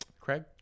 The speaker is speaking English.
Craig